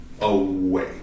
Away